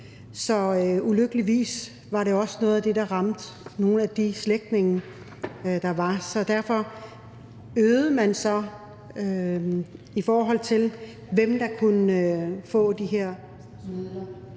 og ulykkeligvis var det også noget, der ramte nogle af de slægtninge, der var. Derfor øgede man så, i forhold til hvem der kunne få de her